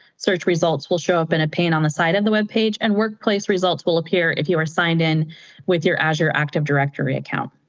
search results will show up in a pane on the side of the web page, and workplace results will appear if you were signed in with your azure active directory account.